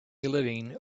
living